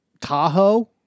Tahoe